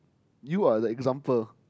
you are the example